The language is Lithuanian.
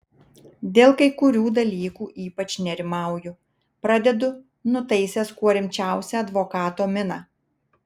dėl kai kurių dalykų ypač nerimauju pradedu nutaisęs kuo rimčiausią advokato miną